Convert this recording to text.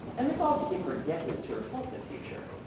and resolved to keep her guesses to herself in future.